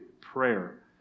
prayer